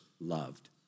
loved